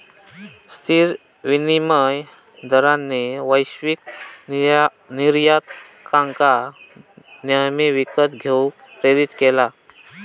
स्थिर विनिमय दरांनी वैश्विक निर्यातकांका नेहमी विकत घेऊक प्रेरीत केला